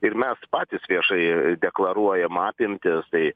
ir mes patys viešai deklaruojam apimtis tai